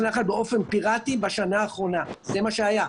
באופן פיראטי בשנה האחרונה, זה מה שהיה,